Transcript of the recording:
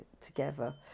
together